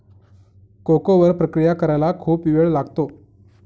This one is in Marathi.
कोको वर प्रक्रिया करायला खूप वेळ लागतो